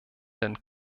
den